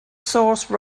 source